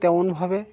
তেমনভাবে